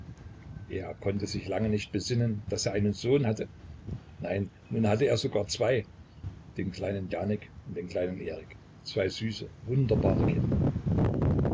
er konnte sich lange nicht besinnen daß er einen sohn hatte nein nun hatte er sogar zwei den kleinen janek und den kleinen erik zwei süße wunderbare kinder